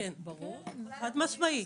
כן, חד משמעית.